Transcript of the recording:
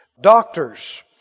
doctors